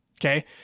okay